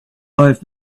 have